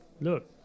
Look